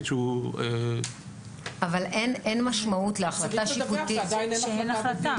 שהוא --- צריך לדווח שעדיין אין החלטה בתיק.